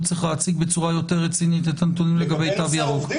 צריך להציג בצורה יותר רצינית את הנתונים לגבי תו ירוק.